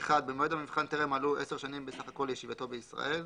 במועד המבחן טרם מלאו עשר שנים בסך הכול לישיבתו בישראל,